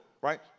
right